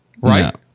right